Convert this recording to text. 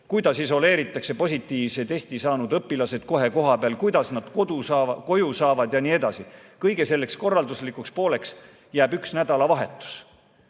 kuidas isoleeritakse positiivse testi saanud õpilased kohe kohapeal, kuidas nad koju saavad ja nii edasi? Selle korraldusliku poole jaoks jääb üks nädalavahetus.